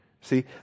See